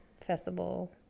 Festival